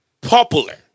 popular